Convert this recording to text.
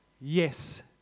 yes